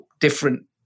different